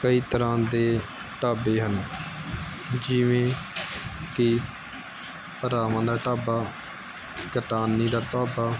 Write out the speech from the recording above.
ਕਈ ਤਰ੍ਹਾਂ ਦੇ ਢਾਬੇ ਹਨ ਜਿਵੇਂ ਕਿ ਭਰਾਵਾਂ ਦਾ ਢਾਬਾ ਕਟਾਨੀ ਦਾ ਢਾਬਾ